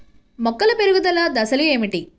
మొక్కల పెరుగుదల దశలు ఏమిటి?